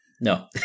no